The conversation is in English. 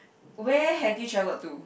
where have you traveled to